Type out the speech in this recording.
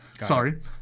Sorry